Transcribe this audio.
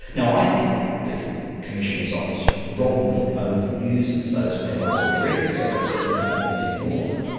now i think the commissioner's office wrongly over-uses those powers already, so they certainly don't need any more.